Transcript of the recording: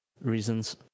reasons